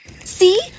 See